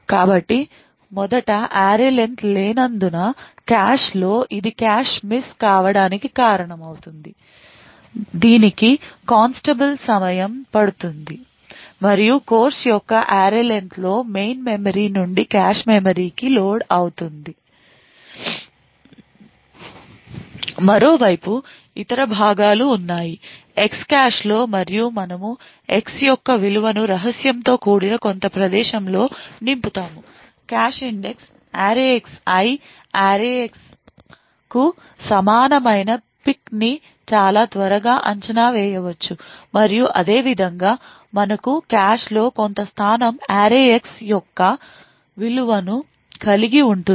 కాబట్టి మొదట array len లెన్నందున కాష్ లోఇది కాష్ మిస్ కావడానికి కారణమవుతుంది దీనికి constable సమయం పడుతుంది మరియు కోర్సు యొక్క array len లో మెయిన్ మెమరీ నుండి కాష్ మెమరీ లోకి లోడ్ అవుతుంది మరో వైపు ఇతర భాగాలు ఉన్నాయి X కాష్లో మరియు మనము X యొక్క విలువను రహస్యంతో కూడిన కొంత ప్రదేశంతో నింపుతాము cache index array xI array x కు సమానమైన పిక్ని చాలా త్వరగా అంచనా వేయవచ్చు మరియు అదేవిధంగా మనకు కాష్లో కొంత స్థానం arrayX యొక్క విలువను కలిగి ఉంటుంది